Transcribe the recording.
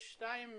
בשתיים,